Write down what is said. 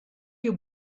you